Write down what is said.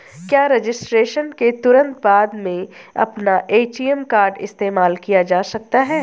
क्या रजिस्ट्रेशन के तुरंत बाद में अपना ए.टी.एम कार्ड इस्तेमाल किया जा सकता है?